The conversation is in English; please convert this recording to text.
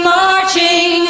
marching